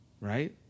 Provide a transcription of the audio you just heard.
Right